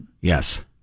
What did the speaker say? Yes